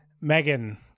Megan